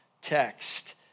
text